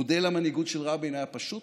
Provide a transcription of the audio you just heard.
מודל המנהיגות של רבין היה פשוט,